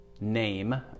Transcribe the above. name